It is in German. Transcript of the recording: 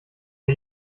der